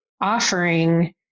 offering